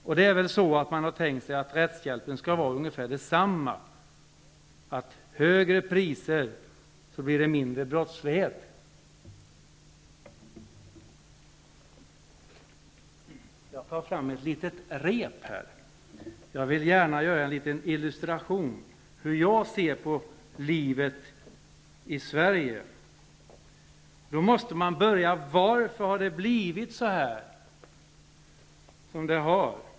Man har väl tänkt sig att rättshjälpen skall fungera på ungefär samma sätt, att med högre priser för rättshjälpen blir det mindre brottslighet. Jag tar nu fram ett litet rep. Jag vill gärna göra en liten illustration av hur jag ser på livet i Sverige. Man måste då börja med att fråga sig: Varför har det blivit så här?